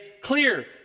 clear